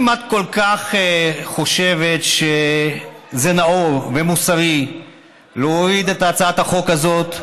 אם את כל כך חושבת שזה נאור ומוסרי להוריד את הצעת החוק הזאת,